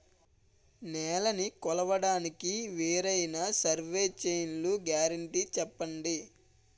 నేలనీ కొలవడానికి వేరైన సర్వే చైన్లు గ్యారంటీ చెప్పండి?